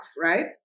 right